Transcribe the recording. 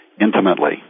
intimately